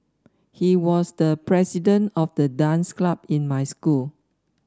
he was the president of the dance club in my school